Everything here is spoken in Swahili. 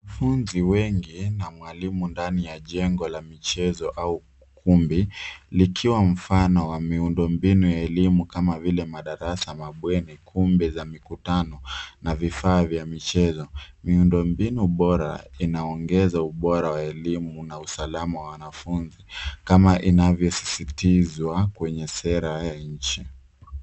Wanafunzi wengi na mwalimu ndani ya jengo la michezo au ukumbi likiwa mfano wa miundo mbinu ya elimu kama vile madarasa, mabweni , kumbi za mikutano na vifaa vya michezo. Miundombinu bora linaongeza ubora wa elimu na usalama wa wanafunzi kama inavyosisitizwa kwenye sera ya nchi.